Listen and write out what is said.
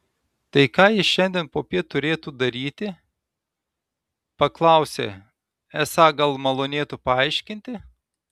tai ką jis šiandien popiet turėtų daryti paklausė esą gal malonėtų paaiškinti